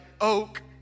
oak